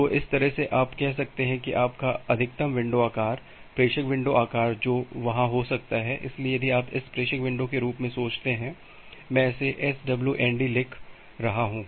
तो इस तरह से आप कह सकते हैं कि आपका अधिकतम विंडो आकार प्रेषक विंडो आकार जो वहां हो सकता है इसलिए यदि आप इसे प्रेषक विंडो के रूप में सोचते हैं मैं इसे swnd लिख रहा हूं